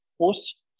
post